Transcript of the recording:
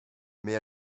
mais